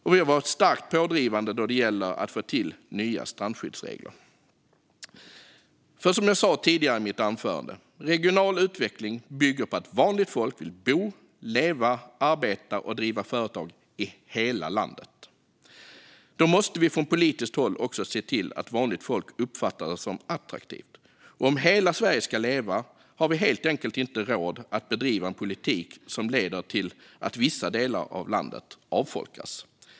Vi har även varit starkt pådrivande då det gäller att få till nya strandskyddsregler. Som jag sa tidigare i mitt anförande: Regional utveckling bygger på att vanligt folk vill bo, leva, arbeta och driva företag i hela landet. Då måste vi från politiskt håll också se till att vanligt folk uppfattar det som attraktivt. Om hela Sverige ska leva har vi helt enkelt inte råd att bedriva en politik som leder till att vissa delar av landet avfolkas.